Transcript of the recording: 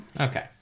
Okay